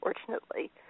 unfortunately